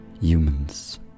humans